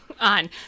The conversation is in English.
On